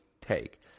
take